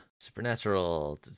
supernatural